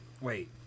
Wait